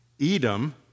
Edom